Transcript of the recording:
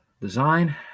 Design